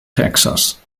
texas